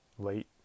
late